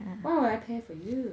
why would I pay for you